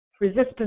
Resistance